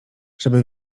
żeby